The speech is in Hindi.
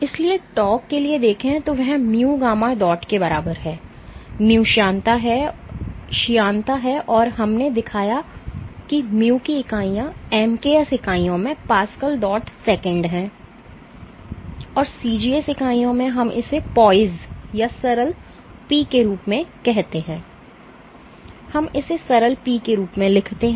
इसलिए tau के लिए देखें तो वह mu γ dot के बराबर है mu श्यानता है और हमने दिखाया कि mu की इकाइयाँ mks इकाइयों में Pascalsecond हैं और CGS इकाइयों में हम इसे poise या सरल P के रूप में कहते हैं हम इसे सरल P के रूप में लिखते हैं